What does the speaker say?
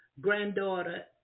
granddaughter